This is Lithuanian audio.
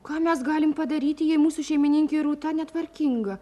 ką mes galim padaryti jei mūsų šeimininkė rūta netvarkinga